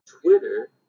Twitter